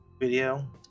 video